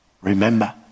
Remember